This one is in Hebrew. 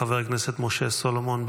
חבר הכנסת משה סולומון,